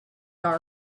all